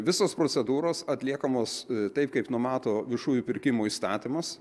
visos procedūros atliekamos taip kaip numato viešųjų pirkimų įstatymas